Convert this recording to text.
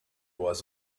was